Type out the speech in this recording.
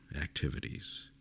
activities